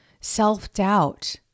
self-doubt